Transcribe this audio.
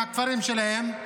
מהכפרים שלהן.